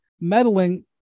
meddling